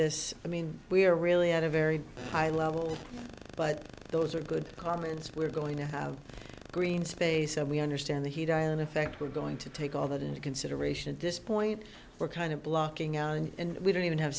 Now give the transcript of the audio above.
this i mean we are really at a very high level but those are good comments we're going to have green space and we understand the heat island effect we're going to take all that into consideration to this point we're kind of blocking out and we don't even have